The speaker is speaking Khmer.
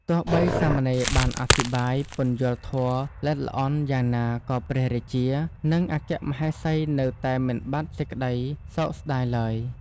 ទោះបីសាមណេរ បានអធិប្បាយពន្យល់ធម៌ល្អិតល្អន់យ៉ាងណាក៏ព្រះរាជា និងអគ្គមហេសី នៅតែមិនបាត់សេចក្ដីសោកស្ដាយឡើយ ។